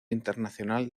internacional